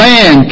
Man